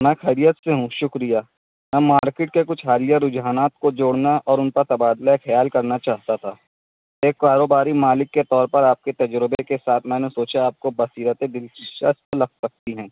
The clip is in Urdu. میں خیریت سے ہوں شکریہ میں مارکیٹ کے کچھ حالیہ رجحانات کو جوڑنا اور ان پر تبادلۂ خیال کرنا چاہتا تھا ایک کاروباری مالک کے طور پر آپ کے تجربے کے ساتھ میں نے سوچا آپ کو بصیرت لگ سکتی ہیں